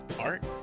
art